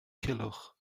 culhwch